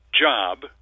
job